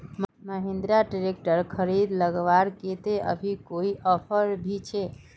Mahindra tractor खरीद लगवार केते अभी कोई ऑफर भी छे?